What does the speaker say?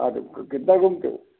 हाँ तो कितना घूमते हो